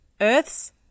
Earth's